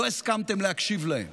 לא הסכמתם להקשיב להם